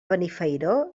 benifairó